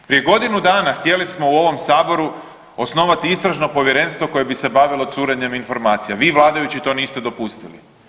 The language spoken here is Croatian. Prije godinu dana htjeli smo u ovom Saboru osnovati istražno povjerenstvo koje bi se bavilo curenjem informacija, vi vladajući to niste dopustili.